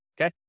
okay